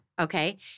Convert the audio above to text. Okay